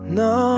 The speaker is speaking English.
no